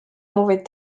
mauvais